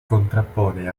contrappone